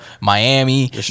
Miami